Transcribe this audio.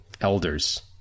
elders